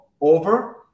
over